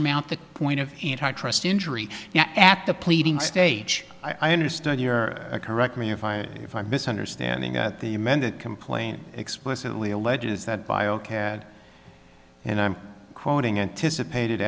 rmount the point of antitrust injury at the pleading stage i understood you're correct me if i if i'm misunderstanding at the amended complaint explicitly alleges that bio cad and i'm quoting anticipated